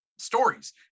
stories